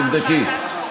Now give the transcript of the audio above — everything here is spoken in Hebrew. תבדקי.